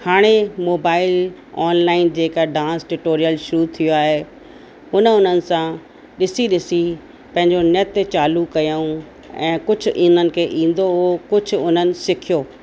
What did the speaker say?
हाणे mobile online जेका dance tutorial शुरू थियो आहे उने उन्हनि सां ॾिसी ॾिसी पंहिंजो नृत्य चालू कयूं ऐं कुझु इन्हनि खे ईंदो कुझु उन्हनि सिखियो